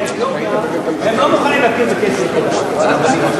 הם לא מוכנים להכיר בקייסים שלהם.